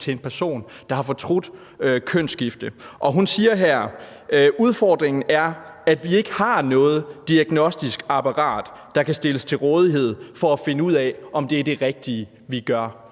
til en person, der har fortrudt kønsskifte. Hun siger her: Udfordringen er, at vi ikke har noget diagnostisk apparat, der kan stilles til rådighed for at finde ud af, om det er det rigtige, vi gør.